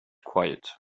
quiet